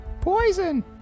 Poison